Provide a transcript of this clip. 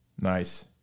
Nice